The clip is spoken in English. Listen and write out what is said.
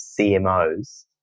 CMOs